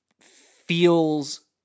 feels